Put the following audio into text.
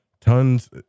Tons